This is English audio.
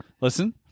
Listen